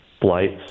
flights